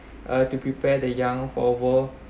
uh to prepare the young for world